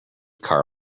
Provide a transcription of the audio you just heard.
car